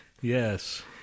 Yes